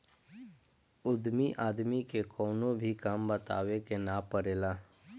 उद्यमी आदमी के कवनो भी काम बतावे के ना पड़ेला